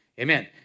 Amen